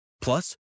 Plus